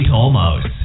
Tolmos